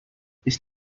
ich